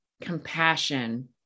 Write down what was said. compassion